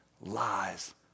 lies